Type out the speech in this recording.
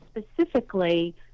specifically